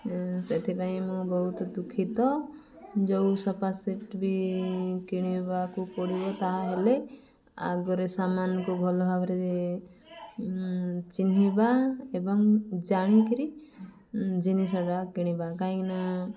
ସେଥିପାଇଁ ମୁଁ ବହୁତ ଦୁଃଖିତ ଯେଉଁ ସୋଫା ସେଟ୍ ବି କିଣିବାକୁ ପଡ଼ିବ ତାହେଲେ ଆଗରେ ସେମାନଙ୍କୁ ଭଲ ଭାବରେ ଚିହ୍ନିବା ଏବଂ ଜାଣିକିରି ଜିନିଷଟା କିଣିବା କାହିଁକିନା